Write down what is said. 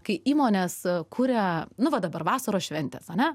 kai įmonės kuria nu va dabar vasaros šventes ane